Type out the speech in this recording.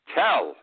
tell